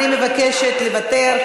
אני מבקשת לוותר,